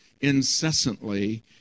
incessantly